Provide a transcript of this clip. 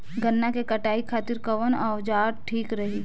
गन्ना के कटाई खातिर कवन औजार ठीक रही?